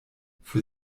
für